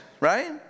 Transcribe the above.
right